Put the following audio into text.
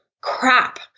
crap